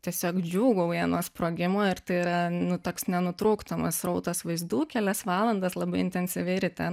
tiesiog džiūgauja nuo sprogimo ir tai yra toks nenutrūkstamas srautas vaizdų kelias valandas labai intensyviai ryte